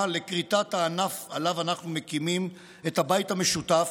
לכריתת הענף שעליו אנחנו מקימים את הבית המשותף